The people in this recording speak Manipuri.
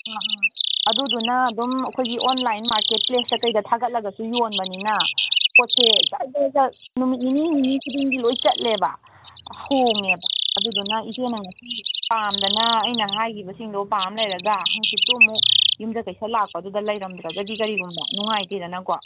ꯑꯥ ꯑꯥ ꯑꯗꯨꯗꯨꯅ ꯑꯗꯨꯝ ꯑꯩꯈꯣꯏꯒꯤ ꯑꯣꯟꯂꯥꯏꯟ ꯃꯥꯔꯀꯦꯠ ꯄ꯭ꯂꯦꯁꯇ ꯀꯩꯗ ꯊꯥꯒꯠꯂꯒꯁꯨ ꯌꯣꯟꯕꯅꯤꯅ ꯄꯣꯠꯁꯦ ꯖꯔ ꯖꯔ ꯖꯔ ꯅꯨꯃꯤꯠ ꯅꯤꯅꯤ ꯅꯤꯅꯤ ꯈꯨꯗꯤꯡꯒꯤ ꯂꯣꯏ ꯆꯠꯂꯦꯕ ꯍꯣꯡꯉꯦꯕ ꯑꯗꯨꯗꯨꯅ ꯏꯆꯦꯅ ꯉꯁꯤ ꯄꯥꯝꯗꯅ ꯑꯩꯅ ꯍꯥꯏꯒꯤꯕꯁꯤꯡꯗꯣ ꯄꯥꯝ ꯂꯩꯔꯒ ꯍꯥꯡꯆꯤꯠꯁꯨ ꯑꯃꯨꯛ ꯌꯨꯝꯖꯀꯩꯁꯥ ꯂꯥꯛꯄꯗꯨꯗ ꯂꯩꯔꯝꯗ꯭ꯔꯒꯗꯤ ꯀꯔꯤꯒꯨꯝꯕ ꯅꯨꯡꯉꯥꯏꯇꯦꯗꯅꯀꯣ